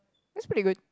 that's pretty good